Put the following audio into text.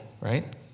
right